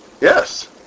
Yes